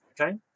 okay